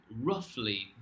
roughly